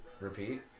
Repeat